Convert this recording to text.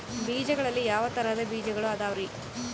ಬೇಜಗಳಲ್ಲಿ ಯಾವ ತರಹದ ಬೇಜಗಳು ಅದವರಿ?